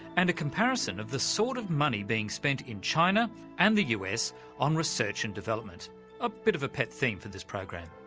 and a comparison of the sort of money being spent in china and the us on research and development a bit of a pet theme for this program.